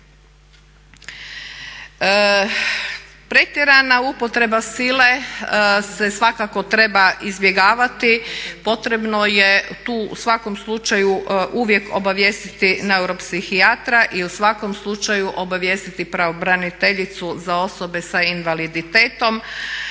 Pretjerana upotreba sile se svakako treba izbjegavati, potrebno je tu u svakom slučaju uvijek obavijestiti neuropsihijatra i u svakom slučaju obavijestiti pravobraniteljicu za osobe sa invaliditetom.